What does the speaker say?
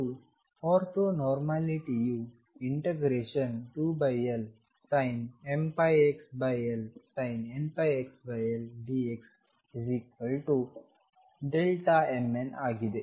ಮತ್ತು ಆರ್ಥೋ ನೋರ್ಮಲಿಟಿಯು 2LsinmπxLsinnπxLdxmnಆಗಿದೆ